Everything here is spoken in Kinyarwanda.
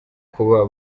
kuba